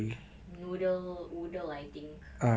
noodle oodle I think